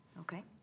Okay